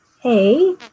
Hey